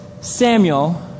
Samuel